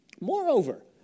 Moreover